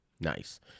nice